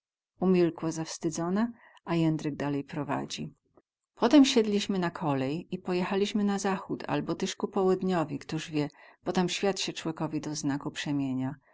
umilkła zawstydzona a jędrek dalej prowadzi potem siedliśmy na kolej i pojechaliśmy na zachód abo tyz ku połedniowi ktoz wie bo tam świat sie cłekowi do znaku przemienia